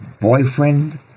boyfriend